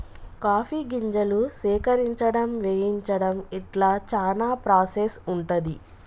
coffee గింజలు సేకరించడం వేయించడం ఇట్లా చానా ప్రాసెస్ ఉంటది